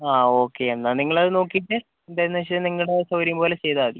ആ ഓക്കെ എന്നാൽ നിങ്ങളത് നോക്കീട്ട് എന്താണെന്നു വെച്ചാൽ നിങ്ങളുടെ സൗകര്യം പോലെ ചെയ്താൽ മതി